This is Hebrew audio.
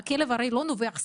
הכלב הרי לא נובח סתם,